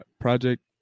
project